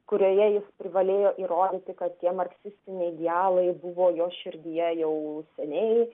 kurioje jis privalėjo įrodyti kad tie marksistiniai idealai buvo jo širdyje jau seniai